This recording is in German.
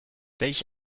welch